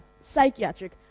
psychiatric